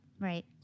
right